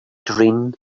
green